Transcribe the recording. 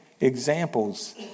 examples